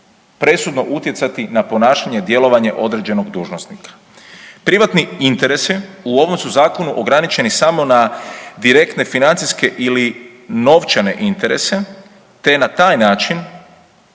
presudno utjecati na ponašanje i djelovanje određenog dužnosnika. Privatni interesi u ovom su zakonu ograničeni samo na direktne financijske ili novčane interese te je na taj način